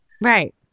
right